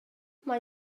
mae